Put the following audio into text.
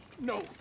No